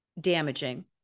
damaging